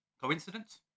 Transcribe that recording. Coincidence